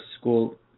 school